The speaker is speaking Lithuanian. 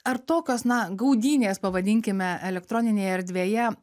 ar tokios na gaudynės pavadinkime elektroninėje erdvėje